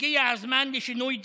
הגיע הזמן לשינוי דרמטי,